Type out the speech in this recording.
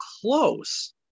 close